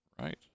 Right